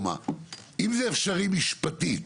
אם זה אפשרי משפטית,